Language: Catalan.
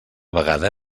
vegada